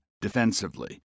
defensively